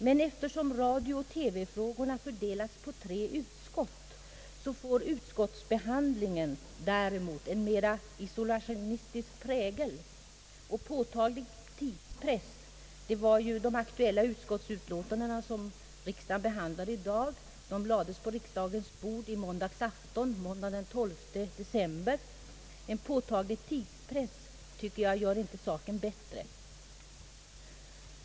Men eftersom radiooch TV-frågorna fördelats på tre utskott får utskottsbehandlingen däremot en mera isolationistisk prägel — och påtaglig tidspress. De aktuella utskottsutlåtanden som riksdagen behandlar i dag lades på riksdagens bord först i måndags afton, d. v. s. måndagen den 12 december. En påtaglig tidspress tycker jag inte gör saken bättre.